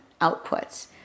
outputs